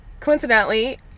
Coincidentally